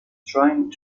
trying